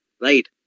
Right